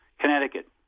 Connecticut